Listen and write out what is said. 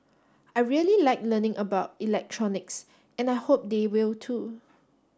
I really like learning about electronics and I hope they will too